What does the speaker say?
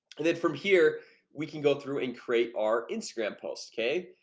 and then from here we can go through and create our instagram post okay,